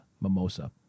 mimosa